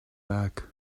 back